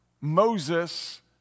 Moses